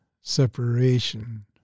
separation